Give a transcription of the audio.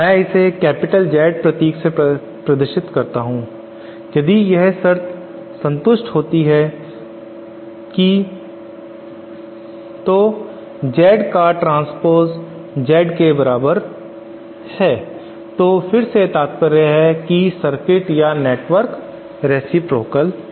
मैं इसे capital Z प्रतीक से प्रदर्शित करता हूं यदि यह शर्त संतुष्ट होती है कि Z का ट्रांस्पोसे Z के बराबर है तो फिर से तात्पर्य है कि सर्किट या नेटवर्क रेसिप्रोकाल है